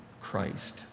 Christ